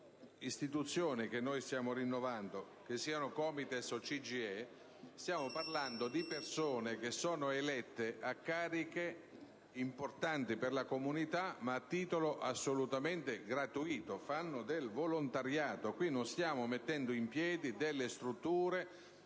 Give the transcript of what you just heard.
istituzioni che stiamo rinnovando, che siano COMITES o CGIE, sono composte da persone elette a cariche importanti per la comunità, ma a titolo assolutamente gratuito: fanno del volontariato. Qui non stiamo mettendo in piedi delle strutture